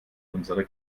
unsere